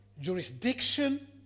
jurisdiction